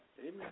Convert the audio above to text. Amen